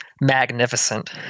magnificent